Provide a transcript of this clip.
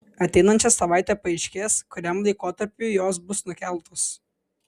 ateinančią savaitę paaiškės kuriam laikotarpiui jos bus nukeltos